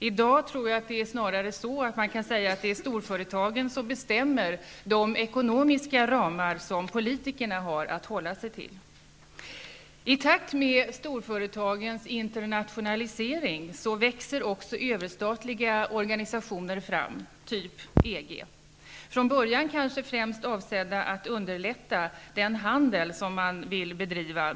I dag tror jag att man snarare kan säga att det är storföretagen som bestämmer de ekonomiska ramar som politikerna har att hålla sig till. I takt med storföretagens internationalisering växer också överstatliga organisationer fram, typ EG, från början kanske främst avsedda att underlätta den handel som man vill bedriva.